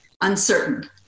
uncertain